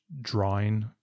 drawing